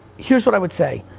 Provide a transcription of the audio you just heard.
here's what i'd say,